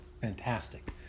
fantastic